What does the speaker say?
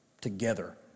together